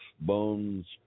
Bones